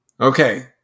Okay